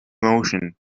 emotion